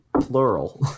plural